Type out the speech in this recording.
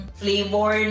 flavor